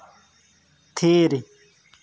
ᱛᱷᱤᱨ